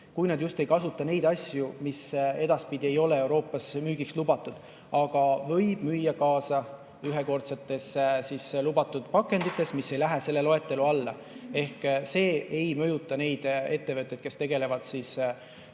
kui nad just ei kasuta neid asju, mis edaspidi ei ole Euroopas müügiks lubatud. Aga võib müüa kaasa ühekordsetes pakendites, mis ei lähe selle loetelu alla. See ei mõjuta neid ettevõtteid, kes tegelevad toidu